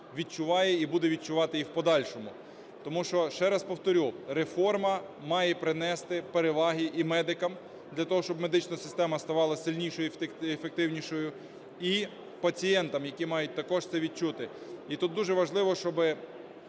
відчуває і буде відчувати і в подальшому. Тому що, ще раз повторю, реформа має принести переваги і медикам, для того щоб медична система ставала сильнішою і ефективнішою, і пацієнтам, які мають також це відчути. І тут дуже важливо, щоб…